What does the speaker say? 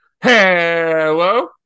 Hello